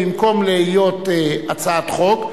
במקום הצעת חוק,